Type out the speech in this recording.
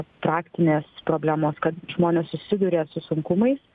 praktinės problemos kad žmonės susiduria su sunkumais